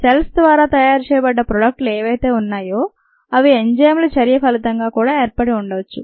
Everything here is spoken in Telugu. సెల్స్ ద్వారా తయారు చేయబడ్డ ప్రొడక్ట్లు ఎవైతే ఉన్నాయో అవి ఎంజైమ్ల చర్య ఫలితంగా కూడా ఏర్పడి ఉండొచ్చు